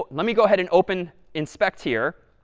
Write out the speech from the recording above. let me go ahead and open inspect here.